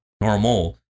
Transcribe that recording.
normal